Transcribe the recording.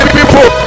people